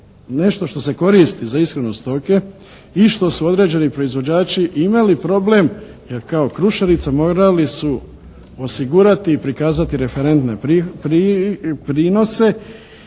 nešto što se koristi za ishranu stoke i što su određeni proizvođači imali problem jer kao krušarica morali su osigurati i prikazati referentne prinose